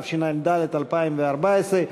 התשע"ד 2014,